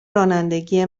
رانندگی